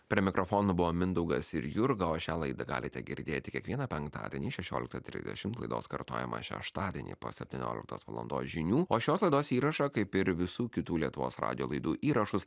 prie mikrofonų buvo mindaugas ir jurga o šią laidą galite girdėti kiekvieną penktadienį šešiolikta tridešim laidos kartojimą šeštadienį po septynioliktos valandos žinių o šios laidos įrašą kaip ir visų kitų lietuvos radijo laidų įrašus